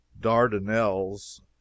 Dardanelles